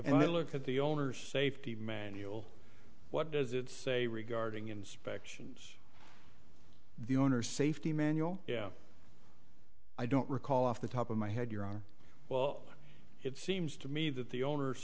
if i look at the owners safety manual what does it say regarding inspections the owner's safety manual i don't recall off the top of my head your honor well it seems to me that the owner